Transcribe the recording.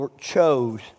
chose